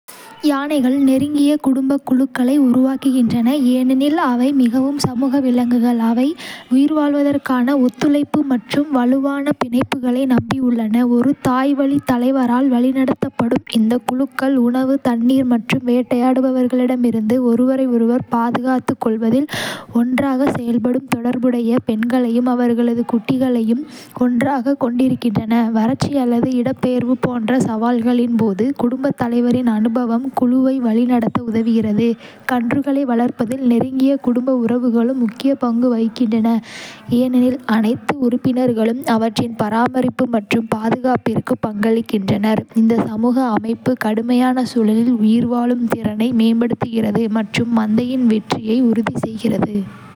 யானைகள் நெருங்கிய குடும்பக் குழுக்களை உருவாக்குகின்றன, ஏனெனில் அவை மிகவும் சமூக விலங்குகள், அவை உயிர்வாழ்வதற்கான ஒத்துழைப்பு மற்றும் வலுவான பிணைப்புகளை நம்பியுள்ளன. ஒரு தாய்வழித் தலைவரால் வழிநடத்தப்படும் இந்தக் குழுக்கள், உணவு, தண்ணீர் மற்றும் வேட்டையாடுபவர்களிடமிருந்து ஒருவரையொருவர் பாதுகாத்துக் கொள்வதில் ஒன்றாகச் செயல்படும் தொடர்புடைய பெண்களையும் அவர்களது குட்டிகளையும் கொண்டிருக்கின்றன. வறட்சி அல்லது இடம்பெயர்வு போன்ற சவால்களின் போது குடும்பத் தலைவரின் அனுபவம் குழுவை வழிநடத்த உதவுகிறது. கன்றுகளை வளர்ப்பதில் நெருங்கிய குடும்ப உறவுகளும் முக்கிய பங்கு வகிக்கின்றன, ஏனெனில் அனைத்து உறுப்பினர்களும் அவற்றின் பராமரிப்பு மற்றும் பாதுகாப்பிற்கு பங்களிக்கின்றனர். இந்த சமூக அமைப்பு கடுமையான சூழலில் உயிர்வாழும் திறனை மேம்படுத்துகிறது மற்றும் மந்தையின் வெற்றியை உறுதி செய்கிறது.